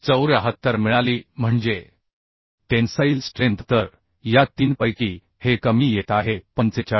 74मिळाली म्हणजे tensile strength तर या तीनपैकी हे कमी येत आहे 45